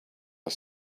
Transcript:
are